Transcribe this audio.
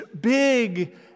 big